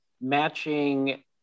matching